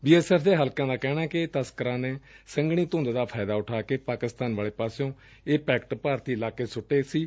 B S F ਦੇ ਹਲਕਿਆਂ ਦਾ ਕਹਿਣੈ ਕਿ ਤਸਕਰਾਂ ਨੇ ਸੰਘਣੀ ਧੂੰਦ ਦਾ ਫਾਇਦਾ ਉਠਾ ਕੇ ਪਾਕਿਸਤਾਨ ਵਾਲੇ ਪਾਸਿਓ ਇਹ ਪੈਕਟ ਭਾਰਤੀ ਇਲਾਕੇ ਵਿਚ ਸੁੱਟੇ ਗਏ ਸਨ